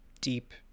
deep